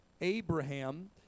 Abraham